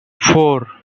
four